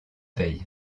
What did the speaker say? veille